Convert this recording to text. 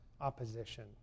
opposition